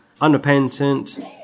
unrepentant